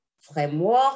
framework